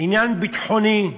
עניין ביטחוני.